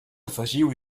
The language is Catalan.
afegiu